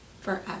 forever